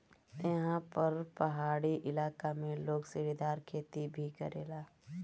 एहा पर पहाड़ी इलाका में लोग सीढ़ीदार खेती भी करेला